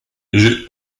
j’ai